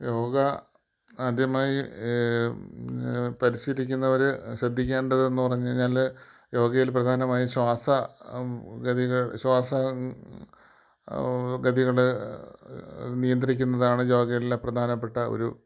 യോഗ ആദ്യമായി പരിശീലിക്കുന്നവർ ശ്രദ്ധിക്കേണ്ടതെന്ന് പറഞ്ഞു കഴിഞ്ഞാൽ യോഗയിൽ പ്രധാനമായും ശ്വാസ ഗതികൾ ശ്വാസ ഗതികൾ നിയന്ത്രിക്കുന്നതാണ് യോഗയിലെ പ്രധാനപ്പെട്ട ഒരു